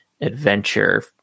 adventure